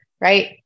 right